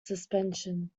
suspension